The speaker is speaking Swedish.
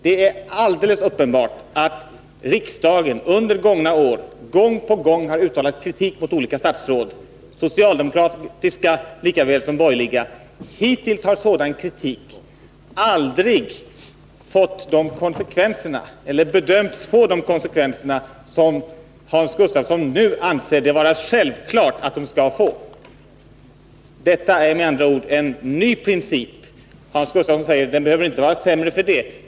Det är alldeles uppenbart att riksdagen under gångna år upprepade gånger har uttalat kritik mot olika statsråd, socialdemokratiska lika väl som borgerliga. Hittills har en sådan kritik aldrig bedömts få de konsekvenser Nr 146 som Hans Gustafsson nu anser det vara självklart att den skall få. Onsdagen den Detta är med andra ord en ny princip. Hans Gustafsson sade att den inte 20 maj 1981 behöver vara sämre för det.